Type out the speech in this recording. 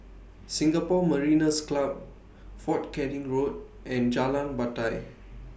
Singapore Mariners' Club Fort Canning Road and Jalan Batai